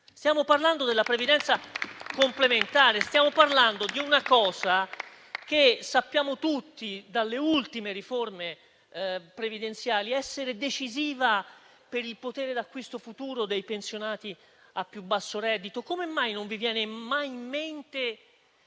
Stiamo parlando della previdenza complementare; stiamo parlando di una cosa che, come sappiamo tutti dalle ultime riforme previdenziali, è decisiva per il potere d'acquisto futuro dei pensionati a più basso reddito. Come mai non vi viene mai in mente